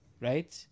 right